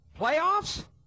Playoffs